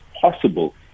possible